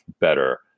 better